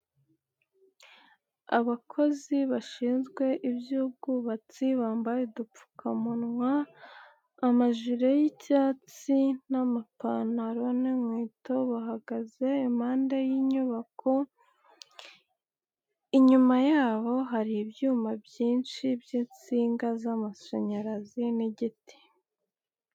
Abakozi bashinzwe iby'ubwubatsi, bambaye udupfukamunwa, amajire y'icyatsi, n'amapantaro n'inkweto, bahagaze impanda y'inyubako, inyuma yabo hari ibyuma byinshi by'insinga z'amashanyarazi n'igiti.